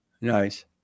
nice